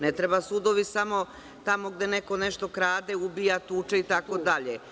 Ne treba sudovi samo tamo gde neko nešto krade, ubija, tuče, itd.